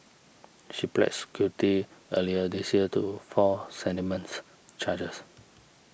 she pleads guilty earlier this year to four sentiments charges